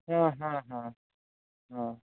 ᱦᱮᱸ ᱦᱮᱸ ᱦᱮᱸ ᱦᱮᱸ